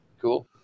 cool